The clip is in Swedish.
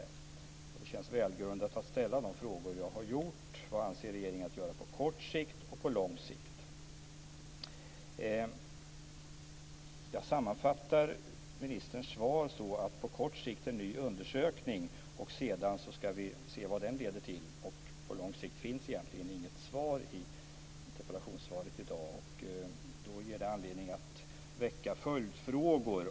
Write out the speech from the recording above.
Det känns välgrundat att ställa de frågor jag har ställt: Vad avser regeringen att göra på kort sikt och på lång sikt? Jag sammanfattar ministerns svar så att man på kort sikt avser att göra en ny undersökning. Sedan ska vi se vad den leder till. Det finns i interpellationssvaret i dag egentligen inget svar på vad man avser göra på lång sikt. Det ger anledning att väcka följdfrågor.